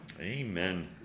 Amen